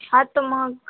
हा तर मग